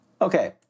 okay